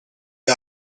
you